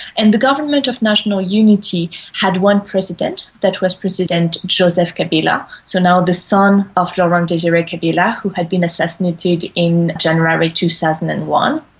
and the government of national unity had one president that was president joseph kabila, so now the son of laurent-desire kabila, who had been assassinated in january two thousand and one.